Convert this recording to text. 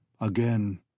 Again